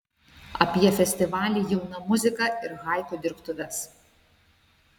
apie festivalį jauna muzika ir haiku dirbtuves